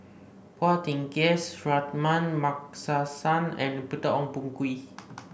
Phua Thin Kiay Suratman Markasan and Peter Ong Boon Kwee